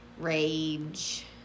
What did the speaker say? Rage